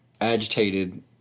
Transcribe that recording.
agitated